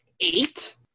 Eight